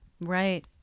Right